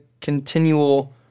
continual